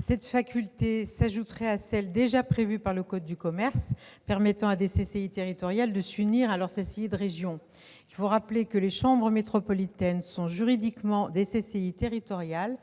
Cette faculté s'ajouterait à celle déjà prévue par le code de commerce permettant à des CCI territoriales de s'unir à leur CCI de région. Il faut rappeler que les chambres métropolitaines sont juridiquement des CCI territoriales.